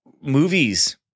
movies